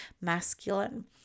masculine